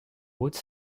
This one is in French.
haute